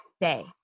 day